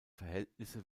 verhältnisse